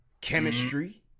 chemistry